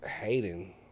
hating